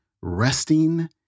resting